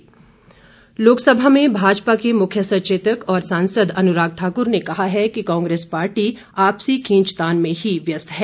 अनराग लोकसभा में भाजपा के मुख्य सचेतक और सांसद अनुराग ठाकुर ने कहा है कि कांग्रेस पार्टी आपसी खींचतान में ही व्यस्त है